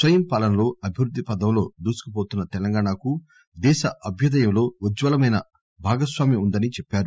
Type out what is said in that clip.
స్పయం పాలనలో అభివృద్ది పథంలో దూసుకుపోతున్న తెలంగాణ దేశ అభ్యుదయంలో ఉజ్వలమైన భాగస్నామ్యం ఉందని చెప్పారు